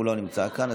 הוא לא נמצא כאן,